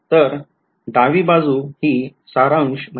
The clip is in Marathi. तर डावी बाजू हि सारांश होईल